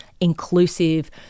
inclusive